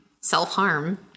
self-harm